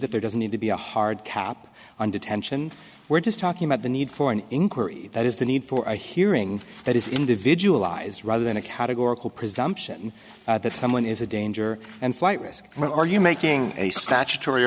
that there doesn't need to be a hard cap on detention we're just talking about the need for an inquiry that is the need for a hearing that is individualized rather than a categorical presumption that someone is a danger and flight risk what are you making a statutory